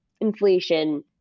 inflation